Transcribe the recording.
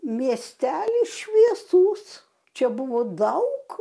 miestelis šviesus čia buvo daug